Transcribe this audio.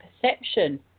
perception